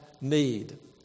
need